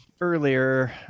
earlier